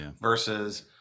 versus